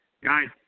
guys